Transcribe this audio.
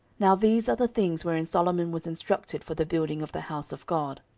now these are the things wherein solomon was instructed for the building of the house of god.